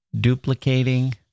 duplicating